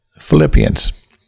Philippians